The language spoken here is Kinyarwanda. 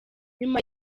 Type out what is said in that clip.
nyuma